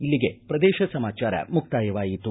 ಇಲ್ಲಿಗೆ ಪ್ರದೇಶ ಸಮಾಚಾರ ಮುಕ್ತಾಯವಾಯಿತು